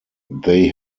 they